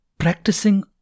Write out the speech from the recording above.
Practicing